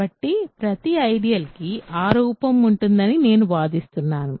కాబట్టి ప్రతి ఐడియల్ కి ఆ రూపం ఉంటుందని నేను వాదిస్తున్నాను